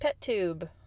PetTube